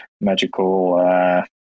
magical